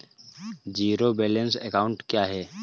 Zero balance account क्या है?